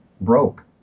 broke